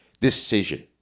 decision